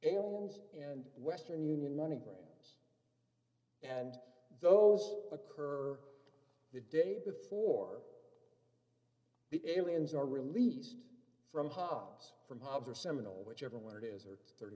animals and western union money brains and those occur the day before the aliens are released from hogs from hobbes or seminal whichever one it is or thirty